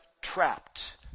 trapped